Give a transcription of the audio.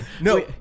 No